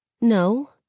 No